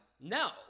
No